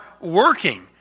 working